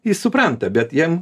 jis supranta bet jiem